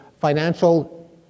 financial